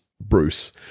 Bruce